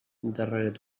darrere